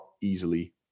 easily